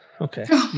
Okay